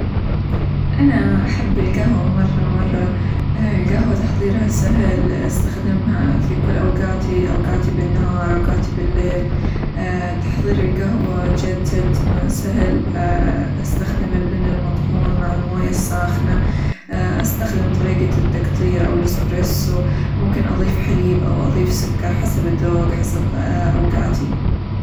أنا أحب القهوة مرة مرة، القهوة تحظيرها سهل، أستخدمها في كل أوقاتي، أوقاتي بالنهار، أوقاتي بالليل، تحظير القهوة جد جد سهل، أستخدم البن المطحون مع الموية الساخنة، أستخدم طريقة التقطير ،أوالإسبريسو ممكن أظيف حليب، أو أظيف سكر حسب الذوق، حسب أوقاتي.